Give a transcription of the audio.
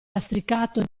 lastricato